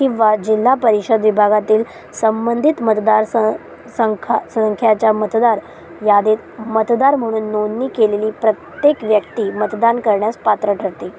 किंवा जिल्हा परिषद विभागातील संबंधित मतदार स संखा संख्याच्या मतदार यादीत मतदार म्हणून नोंदणी केलेली प्रत्येक व्यक्ती मतदान करण्यास पात्र ठरते